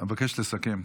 אבקש לסכם.